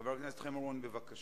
חבר הכנסת חיים אורון, בבקשה.